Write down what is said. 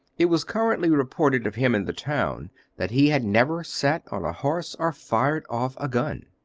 it was currently reported of him in the town that he had never sat on a horse or fired off a gun.